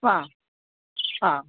വാ ഹാ